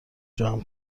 جمع